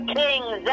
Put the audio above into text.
kings